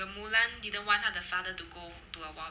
the mulan didn't want 她的 father to go to the war